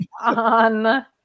on